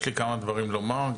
יש לי כמה דברים לומר,